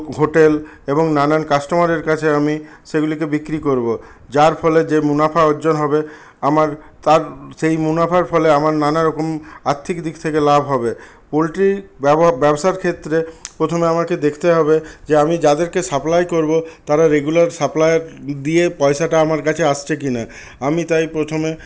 hotel এবং নানান কাস্টমারের কাছে আমি সেগুলিকে বিক্রি করবো যার ফলে যে মুনাফা অর্জন হবে আমার তার সেই মুনাফার ফলে আমার নানারকম আর্থিক দিক থেকে লাভ হবে পোলট্রির ব্যবসার ক্ষেত্রে প্রথমে আমাকে দেখতে হবে যে আমি যাদেরকে সাপ্লাই করবো তারা রেগুলার সাপ্লায়ার দিয়ে পয়সাটা আমার কাছে আসছে কিনা আমি তাই প্রথমে